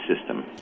system